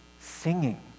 singing